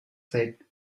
said